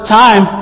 time